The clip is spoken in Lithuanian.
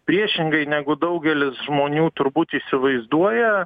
priešingai negu daugelis žmonių turbūt įsivaizduoja